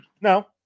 No